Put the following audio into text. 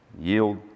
Yield